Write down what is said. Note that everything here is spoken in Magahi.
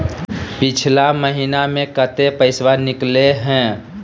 पिछला महिना मे कते पैसबा निकले हैं?